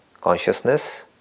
Consciousness